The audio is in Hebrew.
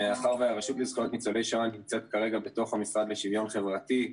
מאחר והרשות לזכויות ניצולי השואה נמצאת כרגע בתוך המשרד לשוויון חברתי,